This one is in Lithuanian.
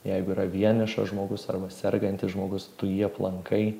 jeigu yra vienišas žmogus arba sergantis žmogus tu jį aplankai